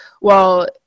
Well-